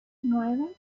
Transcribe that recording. nueve